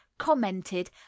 commented